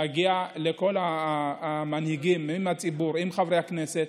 להגיע לכל המנהיגים עם הציבור ועם חברי הכנסת.